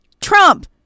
Trump